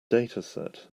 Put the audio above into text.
dataset